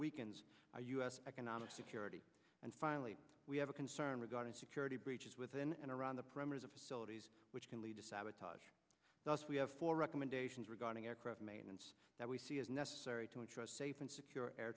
weakens our u s economic security and finally we have a concern regarding security breaches within and around the primaries of which can lead to sabotage us we have four recommendations regarding aircraft maintenance that we see as necessary to ensure a safe and secure air